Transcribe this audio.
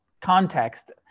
context